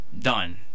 done